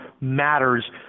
matters